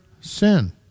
sin